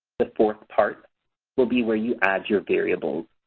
the fourth part will be where you add your variables.